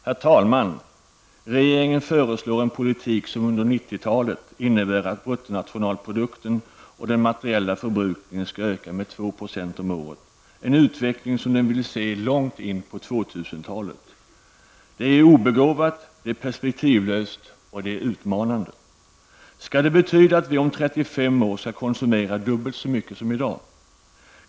Herr talman! Regeringen föreslår en politik som under 90-talet innebär att bruttonationalprodukten och den materiella förbrukningen skall öka med 2 % om året, en utveckling som den vill se långt in på 2 000-talet. Men det är obegåvat och perspektivlöst, och det är också utmanande! Skall det betyda att vi om 35 år skall konsumera dubbelt så mycket som i dag?